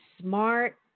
smart